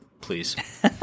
Please